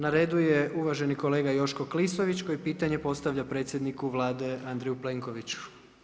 Na redu je uvaženi kolega Joško Klisović koji pitanje postavlja predsjedniku Vlade Andreju Plenkoviću.